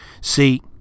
See